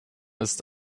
ist